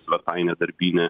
svetainę darbinę